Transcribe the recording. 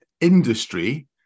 industry